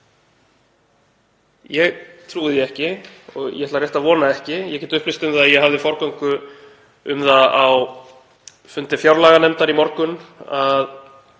Ég trúi því ekki og ég ætla rétt að vona ekki. Ég get upplýst um það að ég hafði forgöngu um það á fundi fjárlaganefndar í morgun að